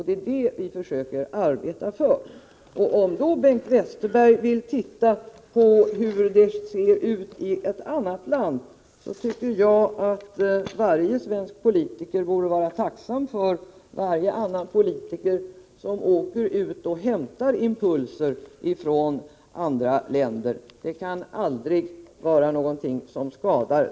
Det är detta vi försöker arbeta för. Om då Bengt Westerberg vill se hur det är i ett annat land tycker jag att varje svensk politiker borde vara tacksam för att någon annan politiker åker utomlands och hämtar impulser från andra länder. Det kan aldrig vara någonting som skadar.